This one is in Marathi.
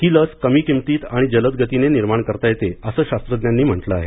ही लस कमी किंमतीत आणि जलद गतीनं निर्माण करता येते असं शास्त्रज्ञांनी म्हटलं आहे